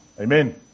Amen